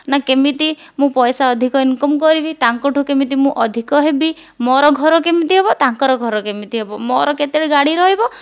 ନା କେମିତି ମୁଁ ପଇସା ଅଧିକ ଇନକମ୍ କରିବି ତାଙ୍କଠୁ କେମିତି ମୁଁ ଅଧିକ ହେବି ମୋର ଘର କେମିତି ହେବ ତାଙ୍କର ଘର କେମିତି ହେବ ମୋର କେତୋଟି ଗାଡ଼ି ରହିବ